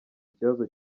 ikibazo